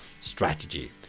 strategy